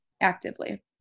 actively